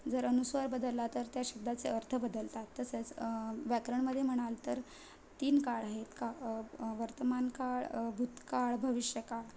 जर अनुस्वार बदलला तर त्या शब्दाचे अर्थ बदलतात तसेच व्याकरणामध्ये म्हणाल तर तीन काळ आहेत का वर्तमान काळ भूत काळ भविष्य काळ